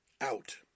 out